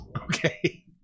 Okay